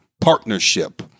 partnership